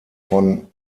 von